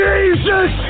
Jesus